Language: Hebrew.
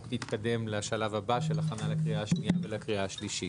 תתקדם לשלב הבא של הכנה לקריאה שנייה ולקריאה שלישית.